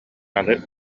аны